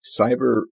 cyber